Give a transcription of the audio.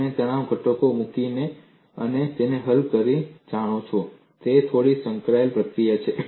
તમે તણાવના ઘટકો મૂકીને અને તેને હલ કરીને જાણો છો તે થોડી સંકળાયેલી પ્રક્રિયા છે